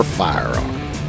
firearm